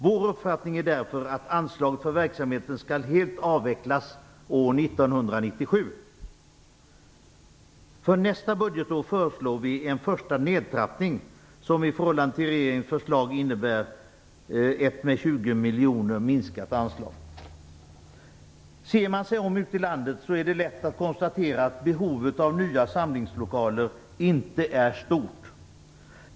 Vår uppfattning är därför att anslaget för verksamheten helt skall avvecklas år 1997. För nästa budgetår föreslår vi en första nedtrappning som i förhållande till regeringens förslag innebär ett med 20 miljoner minskat anslag. Ser man sig om ute i landet är det lätt att konstatera att behovet av nya samlingslokaler inte är stort.